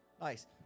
Nice